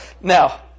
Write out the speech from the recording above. Now